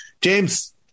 James